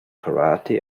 karate